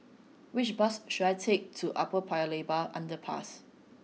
which bus should I take to Upper Paya Lebar Underpass